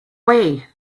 way